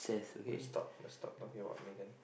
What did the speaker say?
we'll stop we'll stop talking about Megan